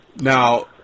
Now